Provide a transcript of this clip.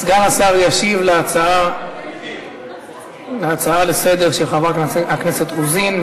סגן השר ישיב על ההצעה לסדר-היום של חברת הכנסת רוזין,